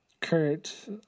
kurt